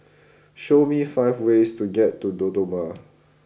show me five ways to get to Dodoma